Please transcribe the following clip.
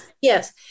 Yes